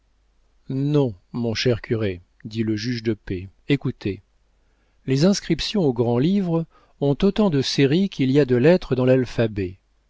non mon cher curé dit le juge de paix écoutez les inscriptions au grand-livre ont autant de séries qu'il y a de lettres dans l'alphabet